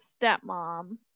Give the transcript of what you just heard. stepmom